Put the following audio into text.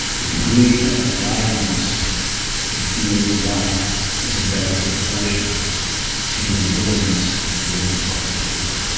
the degree of aliveness you feel in life is in direct proportion to your willingness to live and tell the truth,